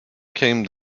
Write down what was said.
came